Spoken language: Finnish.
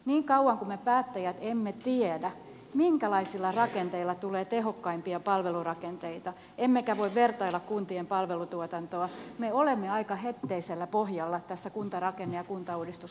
niin kauan kuin me päättäjät emme tiedä minkälaisilla rakenteilla tulee tehokkaimpia palvelurakenteita emmekä voi vertailla kuntien palvelutuotantoa me olemme aika hetteisellä pohjalla tässä kuntarakenne ja kuntauudistuskeskustelussa